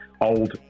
old